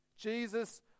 Jesus